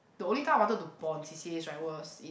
the only time I wanted to pon c_c_as right was in